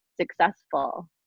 successful